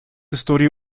истории